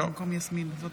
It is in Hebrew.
לא, לא